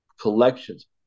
Collections